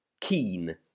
Keen